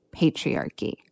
patriarchy